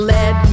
let